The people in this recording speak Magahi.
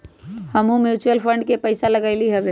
हमहुँ म्यूचुअल फंड में पइसा लगइली हबे